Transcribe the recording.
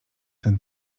ten